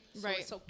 right